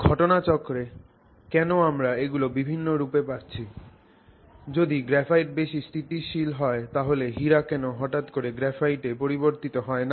ঘটনাচক্রে কেন আমরা এগুলো বিভিন্ন রূপে পাচ্ছি যদি গ্রাফাইট বেশি স্থিতিশীল হয় তাহলে হীরা কেন হঠাৎ করে গ্রাফাইটে পরিবর্তিত হয় না